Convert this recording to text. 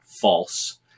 false